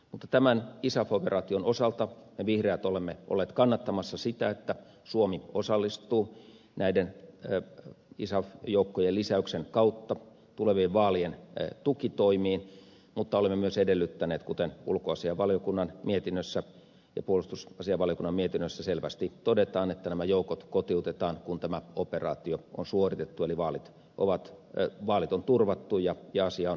mutta tämän isaf operaation osalta me vihreät olemme olleet kannattamassa sitä että suomi osallistuu näiden isaf joukkojen lisäyksen kautta tulevien vaalien tukitoimiin mutta olemme myös edellyttäneet kuten ulkoasiainvaliokunnan mietinnössä ja puolustusasiainvaliokunnan mietinnössä selvästi todetaan että nämä joukot kotiutetaan kun tämä operaatio on suoritettu eli vaalit on turvattu ja asia on hoidettu